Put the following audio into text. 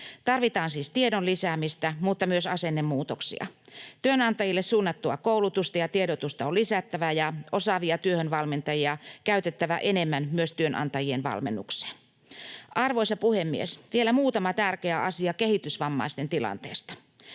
Tarvitaan siis tiedon lisäämistä mutta myös asennemuutoksia. Työnantajille suunnattua koulutusta ja tiedotusta on lisättävä ja osaavia työhönvalmentajia käytettävä enemmän myös työnantajien valmennukseen. Arvoisa puhemies! Vielä muutama tärkeä asia kehitysvammaisten tilanteesta.